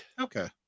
Okay